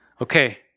okay